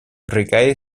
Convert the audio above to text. recae